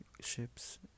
ships